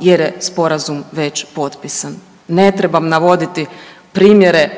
jer je sporazum već potpisan. Ne trebam navoditi primjere